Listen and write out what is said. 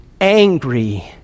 angry